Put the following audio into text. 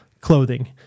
clothing